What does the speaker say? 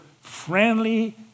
friendly